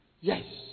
Yes